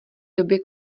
době